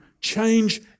change